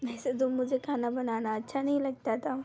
वैसे तो मुझे खाना बनाना अच्छा नहीं लगता था